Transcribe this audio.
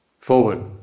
forward